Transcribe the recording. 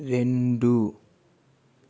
రెండు